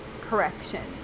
correction